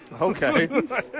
Okay